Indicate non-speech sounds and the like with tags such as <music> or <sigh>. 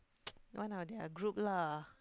<noise> one of their group lah